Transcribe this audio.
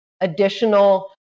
additional